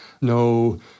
no